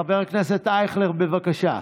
חבר הכנסת אייכלר, בבקשה.